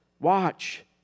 Watch